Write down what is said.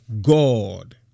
God